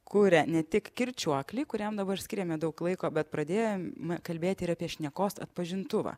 kuria ne tik kirčiuoklį kuriam dabar skiriame daug laiko bet pradėjome kalbėti ir apie šnekos atpažintuvą